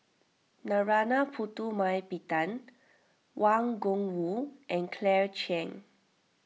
Narana Putumaippittan Wang Gungwu and Claire Chiang